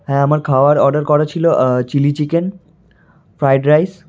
হ্যাঁ আমার খাওয়ার অর্ডার করা ছিল চিলি চিকেন ফ্রাইড রাইস